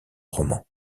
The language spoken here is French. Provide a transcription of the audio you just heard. roman